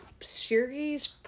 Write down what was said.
series